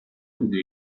بوده